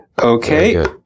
Okay